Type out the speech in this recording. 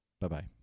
Bye-bye